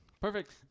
Perfect